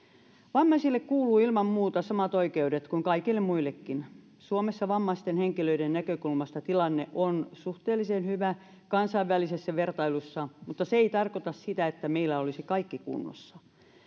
vammaisille kuuluvat ilman muuta samat oikeudet kuin kaikille muillekin suomessa vammaisten henkilöiden näkökulmasta tilanne on suhteellisen hyvä kansainvälisessä vertailussa mutta se ei tarkoita sitä että meillä olisi kaikki kunnossa